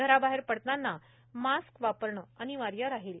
घराबाहेर पडताना मास्क वापरणं अनिवार्य राहील